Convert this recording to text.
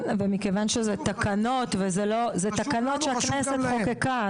זה תקנות שהכנסת חוקקה,